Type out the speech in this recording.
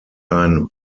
ein